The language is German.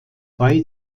bei